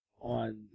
on